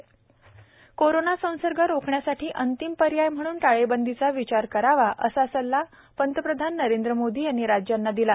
पंतप्रधान कोरोना संसर्ग रोखण्यासाठी अंतिम पर्याय म्हणून टाळेबंदीचा विचार करावा असा सल्ला प्रधानमंत्री नरेंद्र मोदी यांनी राज्यांना दिला आहे